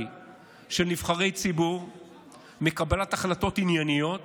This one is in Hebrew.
של נבחרי ציבור מקבלת החלטות ענייניות